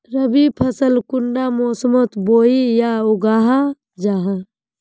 रवि फसल कुंडा मोसमोत बोई या उगाहा जाहा?